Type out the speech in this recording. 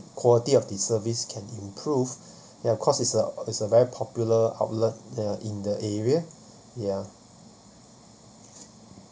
quality of the service can improve ya cause it's a it's a very popular outlet ya in the area ya